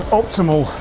optimal